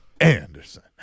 Anderson